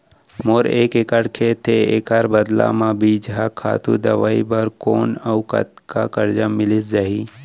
मोर एक एक्कड़ खेत हे, एखर बदला म बीजहा, खातू, दवई बर कोन अऊ कतका करजा मिलिस जाही?